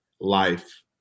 life